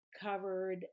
covered